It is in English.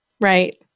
Right